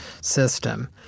system